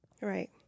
Right